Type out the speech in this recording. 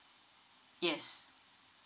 yes